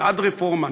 בעד רפורמה,